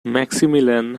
maximilian